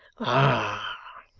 ah!